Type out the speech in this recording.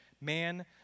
man